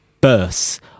bursts